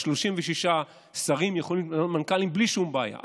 36 שרים יכולים למנות מנכ"לים בלי שום בעיה.